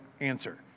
answer